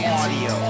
audio